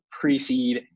pre-seed